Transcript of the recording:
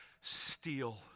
Steal